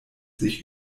sich